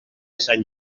sant